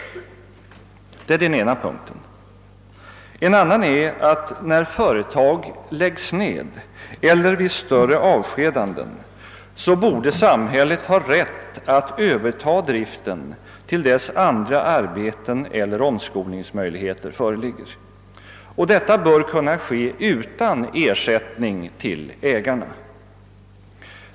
Det är en punkt. En annan är att när företag lägges ned eller vid större avskedanden borde samhället ha rätt att överta driften till dess andra arbeten eller omskolningsmöjligheter föreligger. Detta bör kunna ske utan ersättning till ägarna.